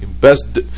Best